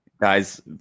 Guys